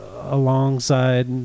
Alongside